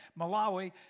Malawi